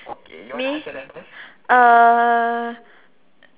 me uh